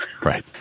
Right